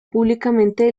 públicamente